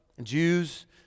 Jews